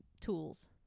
tools